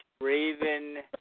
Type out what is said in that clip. Raven